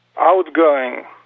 Outgoing